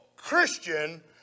Christian